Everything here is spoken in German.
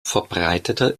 verbreiteter